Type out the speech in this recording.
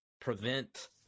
prevent –